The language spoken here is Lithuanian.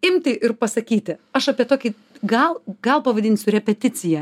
imti ir pasakyti aš apie tokį gal gal pavadinsiu repeticija